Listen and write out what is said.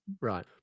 right